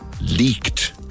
leaked